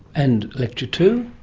and lecture two?